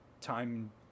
time